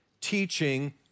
teaching